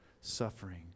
suffering